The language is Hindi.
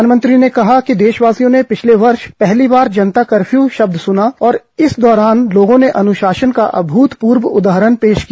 प्रधानमंत्री ने कहा कि देशवासियों ने पिछले वर्ष पहली बार जनता कपर्यू शब्द सुना और इस दौरान लोगों ने अनुशासन का अभूतपूर्व उदाहरण पेश किया